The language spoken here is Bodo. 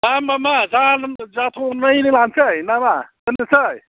दा होनबा मा जाथ'नाय लानोसै नामा दोननोसै